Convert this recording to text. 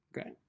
Okay